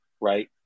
right